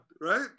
right